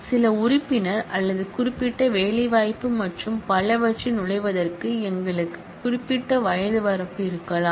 சில உறுப்பினர் அல்லது குறிப்பிட்ட வேலைவாய்ப்பு மற்றும் பலவற்றில் நுழைவதற்கு எங்களுக்கு குறிப்பிட்ட வயது வரம்பு இருக்கலாம்